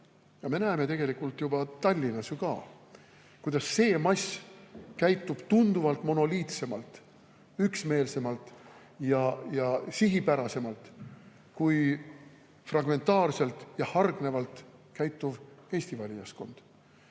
Me näeme tegelikult juba Tallinnas, kuidas see mass käitub tunduvalt monoliitsemalt, üksmeelsemalt ja sihipärasemalt kui fragmentaarselt ja hargnevalt käituv eestlastest valijaskond.